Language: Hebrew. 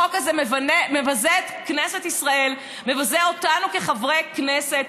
החוק הזה מבזה את כנסת ישראל ומבזה אותנו כחברי כנסת.